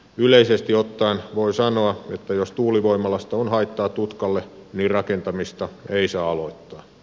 yleisesti ottaen voi sanoa että jos tuulivoimalasta on haittaa tutkalle niin rakentamista ei saa aloittaa